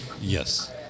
Yes